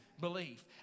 belief